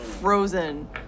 frozen